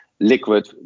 liquid